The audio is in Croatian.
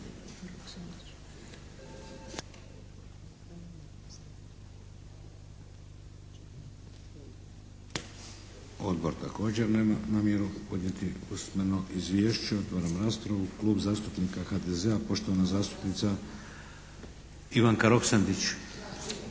Odbor također nema namjeru podnijeti usmeno izvješće. Otvaram raspravu. Klub zastupnika HDZ-a, poštovana zastupnica Ivanka Roksandić.